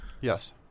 Yes